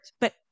but-